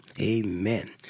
Amen